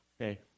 Okay